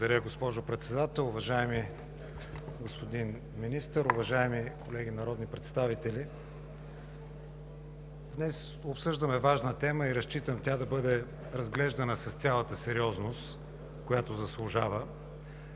Благодаря, госпожо Председател. Уважаеми господин Министър, уважаеми колеги народни представители! Днес обсъждаме важна тема и разчитам тя да бъде разглеждана с цялата сериозност, която заслужава.